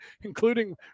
including